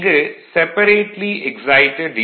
இங்கு separately excited D